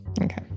Okay